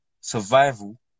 survival